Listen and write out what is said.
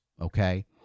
okay